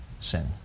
sin